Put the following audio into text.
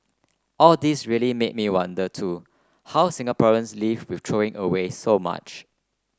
all this really made me wonder too how Singaporeans live with throwing away so much